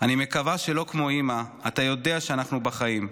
אני מקווה, שלא כמו אימא, אתה יודע שאנחנו בחיים.